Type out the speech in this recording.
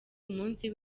umunsi